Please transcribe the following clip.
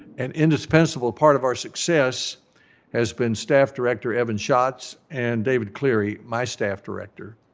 an indispensable part of our success has been staff director, evan schatz, and david cleary, my staff director,